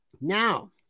Now